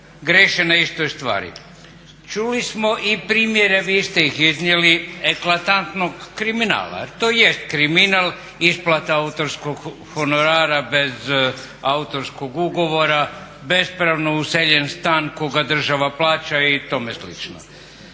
griješe na istoj stvari. Čuli smo i primjere, vi ste ih iznijeli, eklatantnog kriminala jer to jest kriminal, isplata autorskog honorara bez autorskog ugovora, bespravno useljen stan koga država plaća i tome